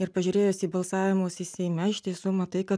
ir pažiūrėjus į balsavimus seime iš tiesų matai kad